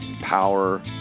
power